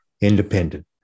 independent